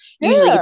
usually